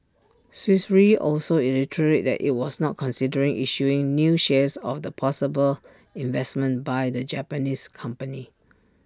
Swiss re also reiterated that IT was not considering issuing new shares of the possible investment by the Japanese company